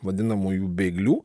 vadinamųjų bėglių